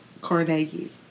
Carnegie